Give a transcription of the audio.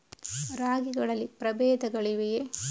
ರಾಗಿಗಳಲ್ಲಿ ಪ್ರಬೇಧಗಳಿವೆಯೇ?